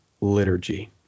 liturgy